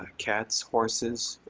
cats, horses,